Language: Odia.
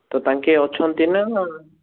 ତ ତାଙ୍କେ ଅଛନ୍ତି ନା